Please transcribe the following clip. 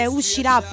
uscirà